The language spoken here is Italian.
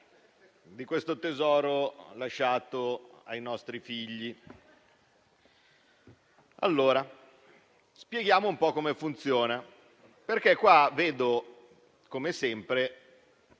di questo tesoro lasciato ai nostri figli e spieghiamo un po' come funziona, perché qua vedo, come sempre,